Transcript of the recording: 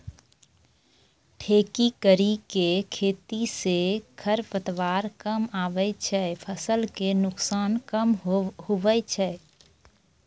ठेकी करी के खेती से खरपतवार कमआबे छै फसल के नुकसान कम हुवै छै